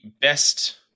best